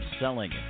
selling